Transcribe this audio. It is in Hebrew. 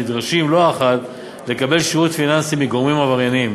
הנדרשים לא אחת לקבל שירות פיננסי מגורמים עברייניים.